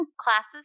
classes